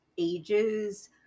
ages